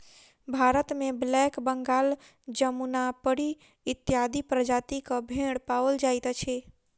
भारतमे ब्लैक बंगाल, जमुनापरी इत्यादि प्रजातिक भेंड़ पाओल जाइत अछि आ